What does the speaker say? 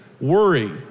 worry